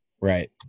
Right